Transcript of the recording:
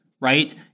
right